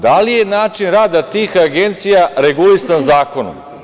Da li je način rada tih agencija regulisan zakonom?